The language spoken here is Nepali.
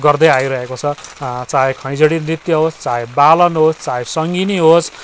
गर्दै आइरहेको छ चाहे खैँजडी नृत्य होस् चाहे बालन होस् चाहे सङ्गिनी होस्